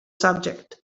subject